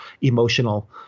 emotional